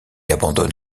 abandonne